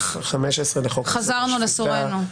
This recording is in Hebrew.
חזרנו לסורנו.